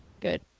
Good